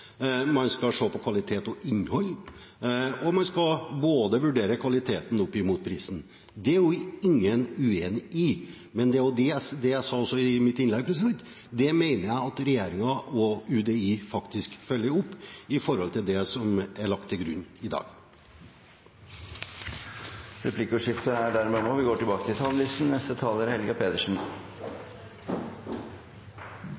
Man skal se på kvalitet og innhold, og man skal vurdere kvaliteten opp mot prisen. Det er ingen uenig i. Men som jeg også sa i mitt innlegg, mener jeg at regjeringen og UDI faktisk følger opp i forhold til det som er lagt til grunn i dag. Replikkordskiftet er omme. De talere som heretter får ordet, har også en taletid på inntil 3 minutter. Jeg tar ordet rett og slett fordi statsråden ikke svarte på spørsmålet mitt. Ingen er